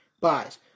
buys